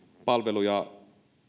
palveluja